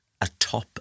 atop